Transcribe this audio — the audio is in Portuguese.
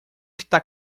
está